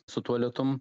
su tuo lietum